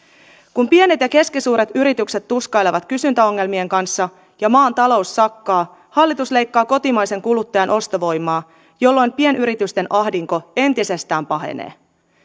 kun pienet ja keskisuuret yritykset tuskailevat kysyntäongelmien kanssa ja maan talous sakkaa hallitus leikkaa kotimaisen kuluttajan ostovoimaa jolloin pienyritysten ahdinko entisestään pahenee